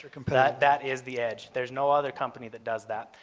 your company. that that is the edge, there's no other company that does that.